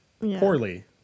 poorly